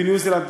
בניו-זילנד,